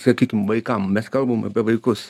sakykim vaikam mes kalbam apie vaikus